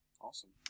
awesome